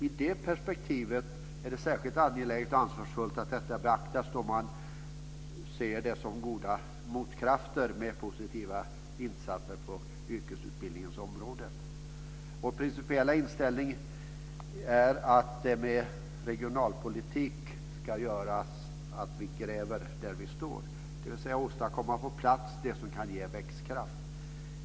I det perspektivet är det särskilt angeläget och ansvarsfullt att detta beaktas, att man ser positiva insatser på yrkesutbildningens område som goda motkrafter. Vår principiella inställning är att regionalpolitiken ska medverka till att vi gräver där vi står, dvs. åstadkomma på plats det som kan ge växtkraft.